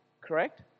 correct